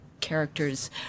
characters